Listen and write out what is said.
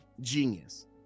genius